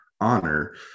honor